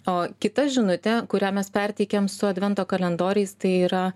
o kita žinutė kurią mes perteikiam su advento kalendoriais tai yra